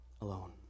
alone